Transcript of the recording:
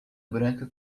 branca